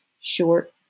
short